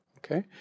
Okay